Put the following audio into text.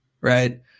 right